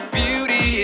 beauty